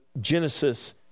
Genesis